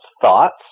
thoughts